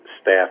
staff